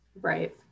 Right